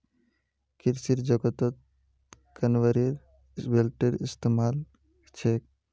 कृषि जगतत कन्वेयर बेल्टेर इस्तमाल छेक